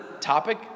topic